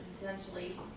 potentially